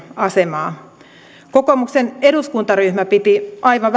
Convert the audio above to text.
asemaa kokoomuksen eduskuntaryhmä piti aivan